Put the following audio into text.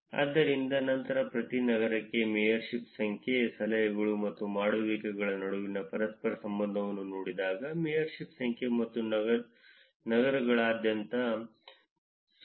ಆದ್ದರಿಂದ ನಂತರ ಪ್ರತಿ ನಗರಕ್ಕೆ ಮೇಯರ್ಶಿಪ್ ಸಂಖ್ಯೆ ಸಲಹೆಗಳು ಮತ್ತು ಮಾಡುವಿಕೆಗಳ ನಡುವಿನ ಪರಸ್ಪರ ಸಂಬಂಧವನ್ನು ನೋಡಿದಾಗ ಮೇಯರ್ಶಿಪ್ ಸಂಖ್ಯೆ ಮತ್ತು ನಗರಗಳಾದ್ಯಂತ 0